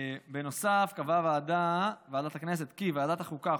בנוסף קבעה ועדת הכנסת כי ועדת החוקה,